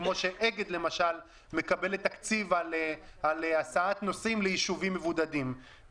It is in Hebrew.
כמו שאגד למשל מקבלת תקציב על הסעת נוסעים ליישובים מבודדים.